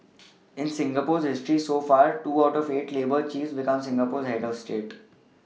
in Singapore's history so far two out of eight labour chiefs became Singapore's head of state